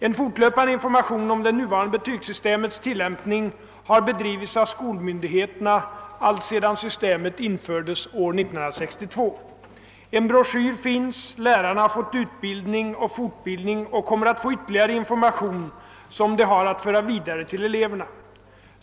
En fortlöpande information om det nuvarande betygssystemets tillämpning har bedrivits av skolmyndigheterna alltsedan systemet infördes år 1962. En broschyr finns, lärarna har fått utbildning och fortbildning och kommer att få ytterligare information som de har att föra vidare till eleverna.